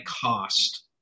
cost